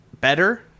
better